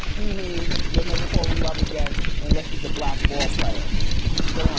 you mean you'll never fall in love again, unless he's a black ball player?